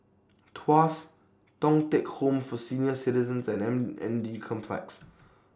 Tuas Thong Teck Home For Senior Citizens and M N D Complex